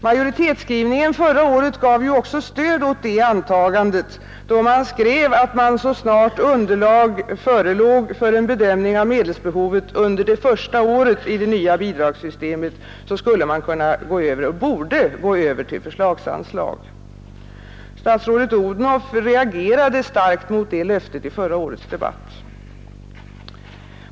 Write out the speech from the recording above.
Majoritetsskrivningen förra året gav också stöd åt det antagandet, då man skrev att så snart underlag förelåg för en bedömning av medelsbehovet under det första året i det nya bidragssystemet borde man gå över till förslagsanslag. Statsrådet Odhnoff reagerade i förra årets debatt starkt mot det löftet.